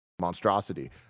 monstrosity